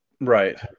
Right